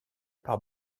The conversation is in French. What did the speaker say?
par